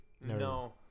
No